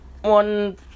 one